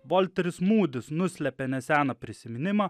volteris mūdis nuslepia neseną prisiminimą